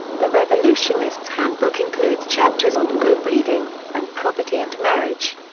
the revolutionist's handbook includes chapters on good breeding and property and marriage.